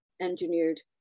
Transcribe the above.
engineered